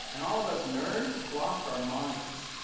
and all of us nerds lost our minds.